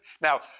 now